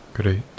Great